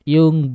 Yung